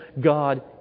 God